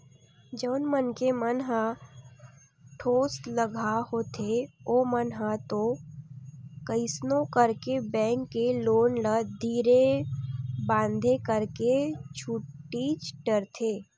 जउन मनखे मन ह ठोसलगहा होथे ओमन ह तो कइसनो करके बेंक के लोन ल धीरे बांधे करके छूटीच डरथे